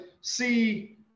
see